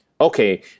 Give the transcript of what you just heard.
Okay